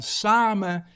samen